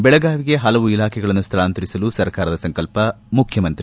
ಬೆಳಗಾವಿಗೆ ಹಲವು ಇಲಾಖೆಗಳನ್ನು ಸ್ಥಳಾಂತರಿಸಲು ಸರ್ಕಾರದ ಸಂಕಲ್ಪ ಮುಖ್ಯಮಂತ್ರಿ